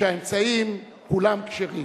ושהאמצעים כולם כשרים.